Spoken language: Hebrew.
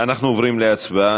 אנחנו עוברים להצבעה.